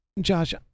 Josh